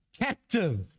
captive